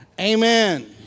Amen